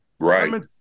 Right